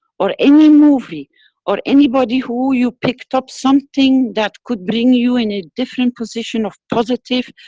or any movie or anybody who you picked up something that could bring you in a different position of positive.